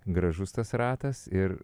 gražus tas ratas ir